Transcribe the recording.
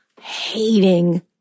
hating